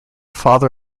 father